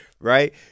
Right